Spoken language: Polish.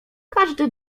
każdy